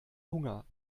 hunger